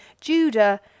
Judah